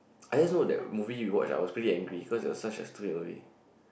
I just know that movie we watched I was pretty angry because it was such a stupid movie